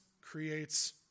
creates